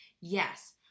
Yes